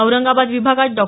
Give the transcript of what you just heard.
औरंगाबाद विभागात डॉ